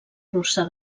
russa